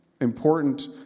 important